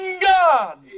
God